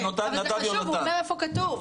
אבל זה חשוב, הוא אומר איפה כתוב.